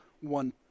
one